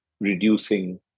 reducing